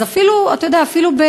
אז אפילו,